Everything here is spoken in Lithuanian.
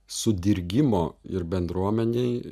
sudirgimo ir bendruomenėj